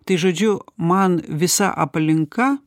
tai žodžiu man visa aplinka